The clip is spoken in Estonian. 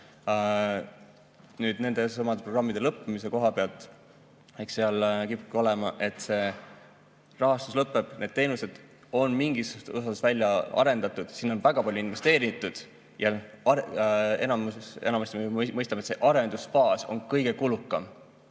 Nendesamade programmide lõppemise koha pealt, eks seal kipub olema, et see rahastus lõpeb, need teenused on mingis osas välja arendatud, sinna on väga palju investeeritud. Me ju mõistame, et enamasti see arendusfaas on kõige kulukam.